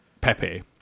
Pepe